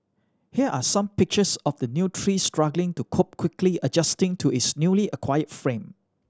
here are some pictures of the new tree struggling to cope quickly adjusting to its newly acquired fame